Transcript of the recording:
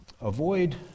Avoid